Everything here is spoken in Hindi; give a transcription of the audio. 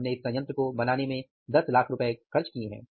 हमने इस संयत्र को बनाने में ₹1000000 खर्च किए हैं